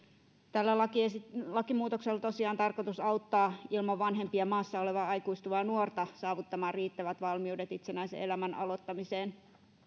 tällä lakimuutoksella on tosiaan tarkoitus auttaa ilman vanhempia maassa olevaa aikuistuvaa nuorta saavuttamaan riittävät valmiudet itsenäisen elämän aloittamiseen